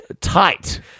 tight